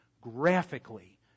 graphically